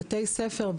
בתי הספר,